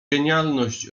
genialność